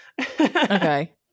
Okay